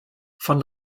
von